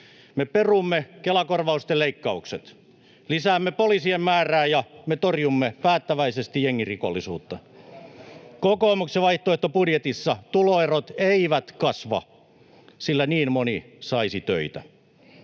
Me perumme Kela-korvausten leikkaukset, lisäämme poliisien määrää, ja me torjumme päättäväisesti jengirikollisuutta. Kokoomuksen vaihtoehtobudjetissa tuloerot eivät kasva, sillä niin moni saisi töitä.